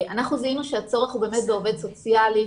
אנחנו זיהינו שהצורך הוא באמת בעובד סוציאלי,